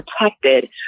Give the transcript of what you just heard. protected